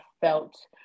felt